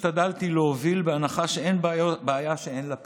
תמיד השתדלתי להוביל בהנחה שאין בעיה שאין לה פתרון.